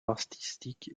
artistique